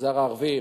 המגזר הערבי,